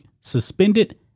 suspended